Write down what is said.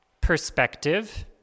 perspective